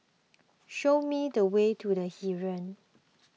show me the way to the Heeren